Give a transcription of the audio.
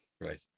right